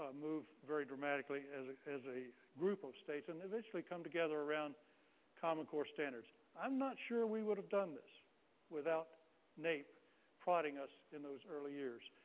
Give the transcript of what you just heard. um move very dramatically as ah as a group of states, and eventually come together around common core standards. i'm not sure we would have done this without naep prodding us in those early years.